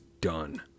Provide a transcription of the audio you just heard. done